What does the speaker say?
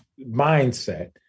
mindset